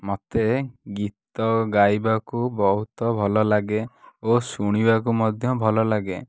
ମୋତେ ଗୀତ ଗାଇବାକୁ ବହୁତ ଭଲ ଲାଗେ ଓ ଶୁଣିବାକୁ ମଧ୍ୟ୍ୟ ଭଲ ଲାଗେ